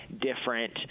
different